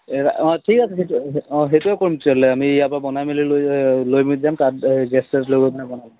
এ অঁ ঠিক আছে সেইটো অঁ সেইটোৱে কৰিম তেতিয়াহ'লে আমি ইয়াৰ পৰা বনাই মেলি লৈ লৈ মেলি যাম তাত গেছ চেছ লৈ গৈ পেলাই বনাম